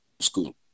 school